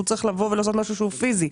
הוא צריך לבוא ולעשות משהו פיזי,